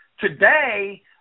Today